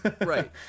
Right